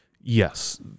Yes